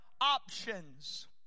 options